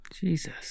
Jesus